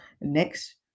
next